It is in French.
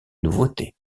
nouveauté